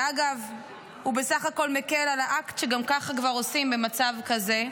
שאגב הוא בסך הכול מקל על האקט שגם ככה כבר עושים במצב כזה.